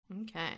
okay